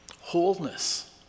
wholeness